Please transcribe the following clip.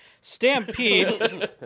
Stampede